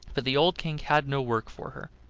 but the old king had no work for her,